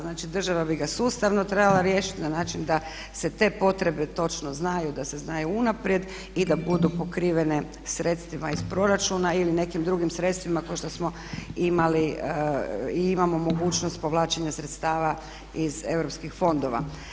Znači, država bi ga sustavno trebala riješiti na način da se te potrebe točno znaju, da se znaju unaprijed i da budu pokrivene sredstvima iz proračuna ili nekim drugim sredstvima kao što smo imali i imamo mogućnost povlačenja sredstava iz Europskih fondova.